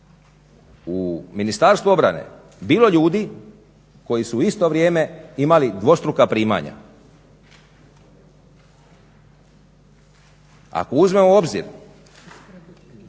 u Ministarstvu obrane bilo ljudi koji su u isto vrijeme imali dvostruka primanja. Ako uzmemo u obzir